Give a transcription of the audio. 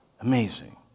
Amazing